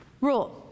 rule